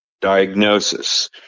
diagnosis